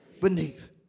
beneath